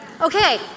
Okay